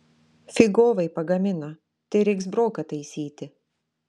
figovai pagamino tai reiks broką taisyti